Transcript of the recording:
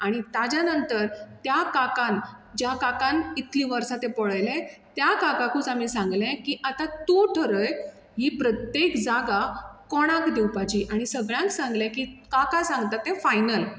आनी ताज्या नंतर त्या काकान ज्या काकान इतलीं वर्सां तें पळयलें त्या काकाकूच आमी सांगलें की आतां तूं ठरय ही प्रत्येक जागा कोणाक दिवपाची आनी सगळ्यांक सांगलें की काका सांगता तें फायनल